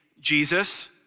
Jesus